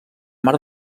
mar